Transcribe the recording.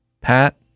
Pat